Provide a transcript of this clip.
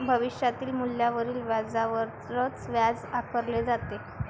भविष्यातील मूल्यावरील व्याजावरच व्याज आकारले जाते